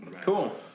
cool